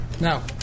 Now